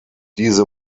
diese